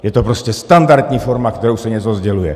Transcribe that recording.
Je to prostě standardní forma, kterou se něco sděluje.